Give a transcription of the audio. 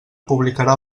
publicarà